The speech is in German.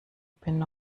bin